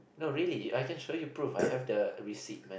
no really I can show you proof I have the receipt man